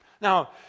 Now